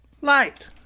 light